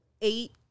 eight